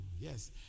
yes